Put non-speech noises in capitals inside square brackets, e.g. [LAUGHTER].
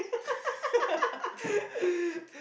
[LAUGHS]